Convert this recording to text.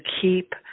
keep